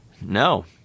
No